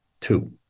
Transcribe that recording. two